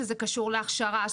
שזה קשור להכשרה.